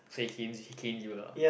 so he cane he cane you lah